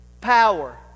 power